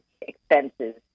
expenses